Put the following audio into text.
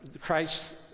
Christ